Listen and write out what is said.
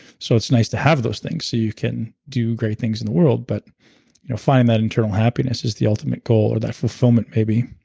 so it's nice to have those things so you can do great things in the world, but you know finding that internal happiness is the ultimate goal, or that fulfillment, maybe.